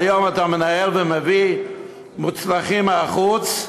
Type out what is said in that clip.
היום אתה מנהל ומביא מוצנחים מהחוץ,